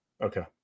Okay